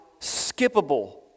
skippable